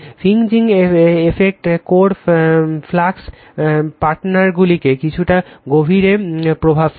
fringing effect core flux প্যাটার্নগুলিকে কিছুটা গভীরে প্রভাব ফেলে